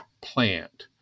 plant